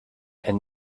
and